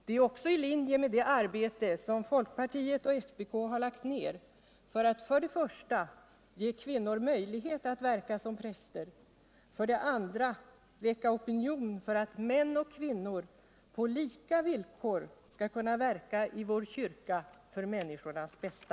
Det är också i linje med det arbete som folkpartiet och FPK har lagt ner för att för det första ge kvinnor möjlighet att verka som präster, för det andra vicka opinion för att män och kvinnor på lika villkor skall kunna verka i vår kyrka för människornas bästa.